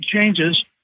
changes